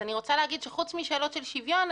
אני רוצה להגיד שחוץ משאלות של שוויון,